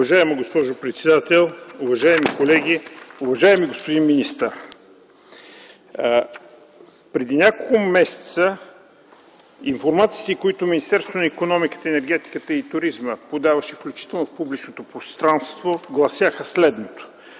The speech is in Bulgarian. Уважаема госпожо председател, уважаеми колеги! Уважаеми господин министър, преди няколко месеца информациите, които Министерството на икономиката, енергетиката и туризма подаваше (включително в публичното пространство), гласяха, че